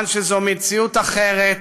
זו מציאות אחרת,